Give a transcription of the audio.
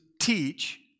teach